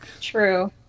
True